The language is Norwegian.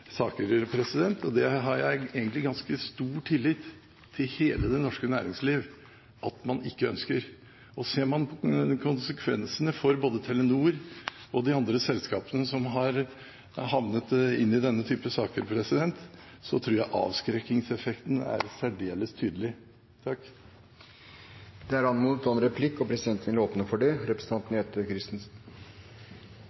saker. Og jeg har egentlig ganske stor tillit – til hele det norske næringsliv – til at man ikke ønsker det. Ser man på konsekvensene for både Telenor og de andre selskapene som har havnet i denne typen saker, så tror jeg avskrekkingseffekten er særdeles tydelig. Det blir replikkordskifte. Det er interessant å høre representanten Gundersens refleksjoner rundt kontrollkomiteens arbeid, men jeg tok replikk fordi representanten